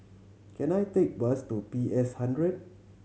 can I take bus to P S Hundred